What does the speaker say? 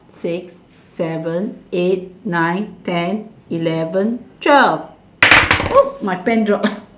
six seven eight nine ten eleven twelve my pen drop